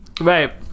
Right